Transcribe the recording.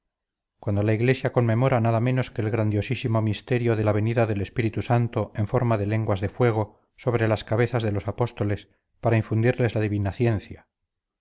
cuando la iglesia conmemora nada menos que el grandiosísimo misterio de la venida del espíritu santo en forma de lenguas de fuego sobre las cabezas de los apóstoles para infundirles la divina ciencia